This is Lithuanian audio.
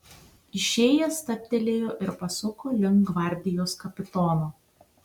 išėjęs stabtelėjo ir pasuko link gvardijos kapitono